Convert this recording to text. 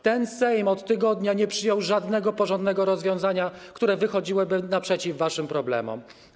Ten Sejm od tygodnia nie przyjął żadnego porządnego rozwiązania, które wychodziłoby naprzeciw waszym problemom.